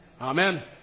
Amen